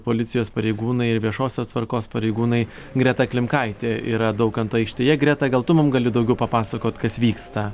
policijos pareigūnai ir viešosios tvarkos pareigūnai greta klimkaitė yra daukanto aikštėje greta gal tu mum gali daugiau papasakot kas vyksta